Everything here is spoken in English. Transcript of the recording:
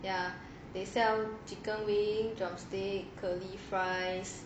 ya they sell chicken wing drumstick curly fries